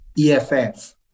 EFF